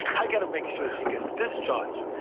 i gotta make sure she gets discharged.